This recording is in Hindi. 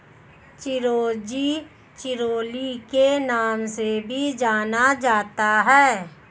चिरोंजी चिरोली के नाम से भी जाना जाता है